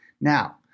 Now